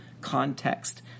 context